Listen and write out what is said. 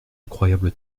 incroyable